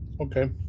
Okay